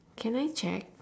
can I check